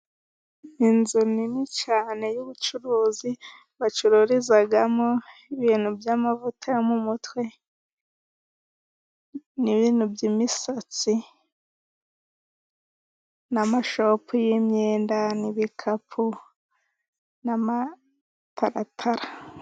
Inzu nini cyane y'ubucuruzi bacururizamo ibintu by'amavuta yo mu mutwe, n'ibintu by'imisatsi, n'amashopu y'imyenda, n'ibikapu, n'amataratara.